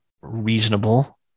reasonable